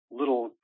little